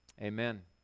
amen